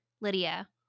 Lydia